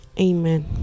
Amen